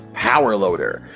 power loader!